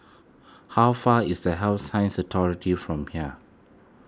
how far is the Health Sciences Authority from here